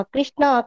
Krishna